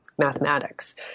mathematics